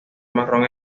marrón